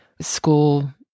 school